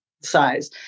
size